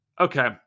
Okay